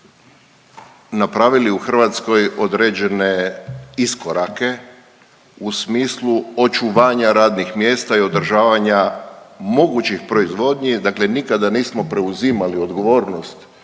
napravili u Hrvatskoj određene iskorake u smislu očuvanja radnih mjesta i održavanja mogućih proizvodnji, dakle nikada nismo preuzimali odgovornost